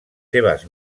seves